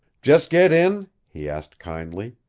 just get in? he asked kindly.